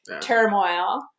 turmoil